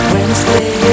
Wednesday